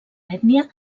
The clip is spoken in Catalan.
ètnia